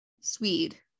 Swede